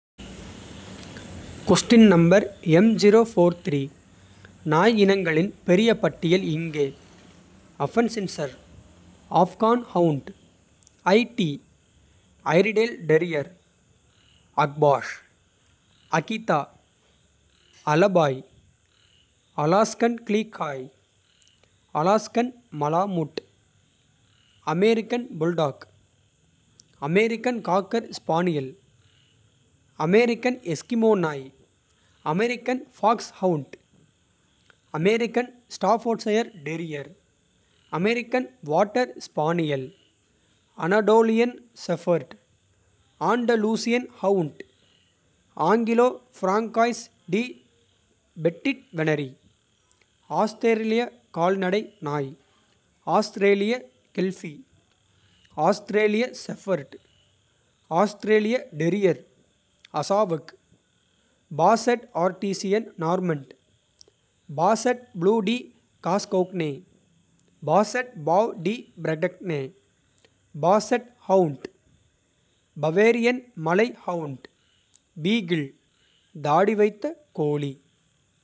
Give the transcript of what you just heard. நாய் இனங்களின் பெரிய பட்டியல் இங்கே. Affenpinscher Afghan hound Aidi. Airedale terrier Akbash Akita Alabai. Alaskan Klee Kai Alaskan malamute. American bulldog American cocker spaniel. American Eskimo நாய் American foxhound. American Staffordshire terrier. American water spaniel Anatolian shepherd. Andalusian hound. Anglo Francais de petit venerie. ஆஸ்திரேலிய கால்நடை நாய் ஆஸ்திரேலிய kelpie. ஆஸ்திரேலிய shepherd ஆஸ்திரேலிய terrier. Azawakh basset Artesien Normand basset. Bleu de Gascogne basset fauve de Bretagne. Basset hound Bavarian மலை hound. Beagle தாடி வைத்த கோலி.